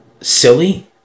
silly